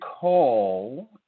call